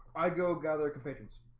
i go gather commissions,